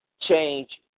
change